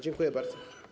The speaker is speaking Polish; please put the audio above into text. Dziękuję bardzo.